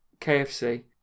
KFC